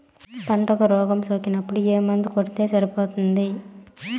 పంటకు రోగం సోకినపుడు ఏ మందు కొడితే సరిపోతుంది?